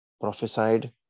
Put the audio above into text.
prophesied